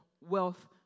wealth